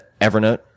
Evernote